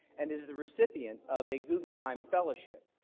and is the recipient of a guggenheim fellowship.